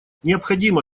необходимо